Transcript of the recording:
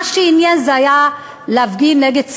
מה שעניין היה להפגין נגד צה"ל.